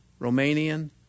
Romanian